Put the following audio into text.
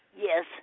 Yes